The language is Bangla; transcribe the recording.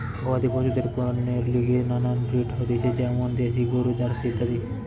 গবাদি পশুদের পণ্যের লিগে নানান ব্রিড হতিছে যেমন দ্যাশি গরু, জার্সি ইত্যাদি